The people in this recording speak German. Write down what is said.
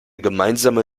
gemeinsame